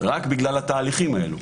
רק בגלל התהליכים האלו.